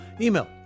email